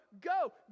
go